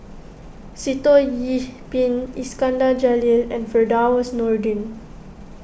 Sitoh Yih Pin Iskandar Jalil and Firdaus Nordin